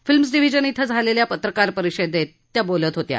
films division ॐ झालेल्या पत्रकार परिषदेत त्या बोलत होत्या